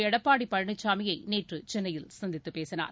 எடப்பாடி பழனிசாமியை நேற்று சென்னையில் சந்தித்துப் பேசினார்